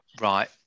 Right